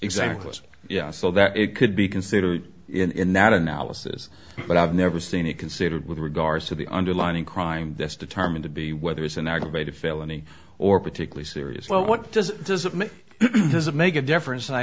exactly yeah so that it could be considered in that analysis but i've never seen it considered with regards to the underlying crime that's determined to be whether it's an aggravated felony or particularly serious well what does does it make does it make a difference i